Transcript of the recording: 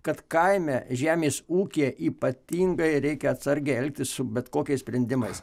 kad kaime žemės ūkyje ypatingai reikia atsargiai elgtis su bet kokiais sprendimais